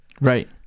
Right